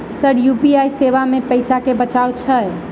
Sir UPI सेवा मे पैसा केँ बचाब छैय?